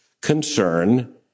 concern